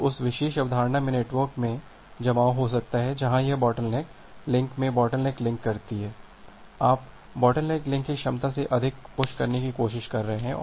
तो उस विशेष अवधारणा में नेटवर्क में जमाव हो सकता है जहां यह बोटलनेक लिंक में बोटलनेक लिंक करती है आप बोटलनेक लिंक की क्षमता से अधिक पुश करने की कोशिश कर रहे हैं